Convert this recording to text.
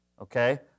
okay